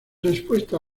respuesta